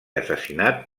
assassinat